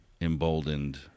emboldened